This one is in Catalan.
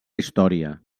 història